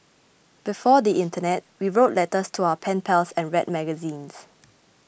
before the internet we wrote letters to our pen pals and read magazines